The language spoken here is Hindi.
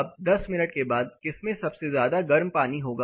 अब 10 मिनट के बाद किसमें सबसे ज्यादा गर्म पानी होगा